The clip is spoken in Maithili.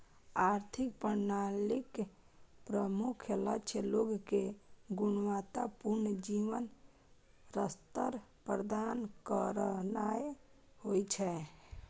आर्थिक प्रणालीक प्रमुख लक्ष्य लोग कें गुणवत्ता पूर्ण जीवन स्तर प्रदान करनाय होइ छै